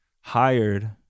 hired